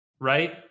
Right